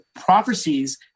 prophecies